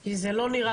כי זה לא נראה טוב.